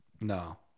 no